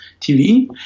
TV